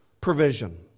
provision